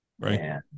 Right